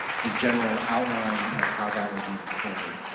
the general outline of how that would move forward.